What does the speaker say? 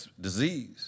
disease